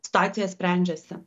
situacija sprendžiasi